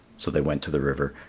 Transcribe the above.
so they went to the river.